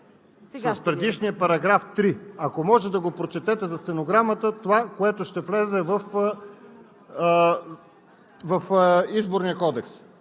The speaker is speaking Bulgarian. с предишния § 3. Ако може да прочетете за стенограмата това, което ще влезе в Изборния кодекс.